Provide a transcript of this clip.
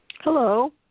Hello